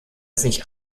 sich